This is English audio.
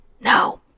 no